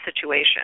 situation